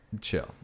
Chill